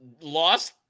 lost